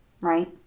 right